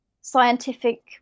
scientific